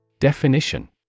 Definition